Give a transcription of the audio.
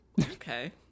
okay